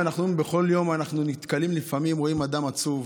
בכל יום אנחנו נתקלים: לפעמים רואים אדם עצוב,